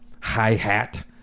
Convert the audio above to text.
hi-hat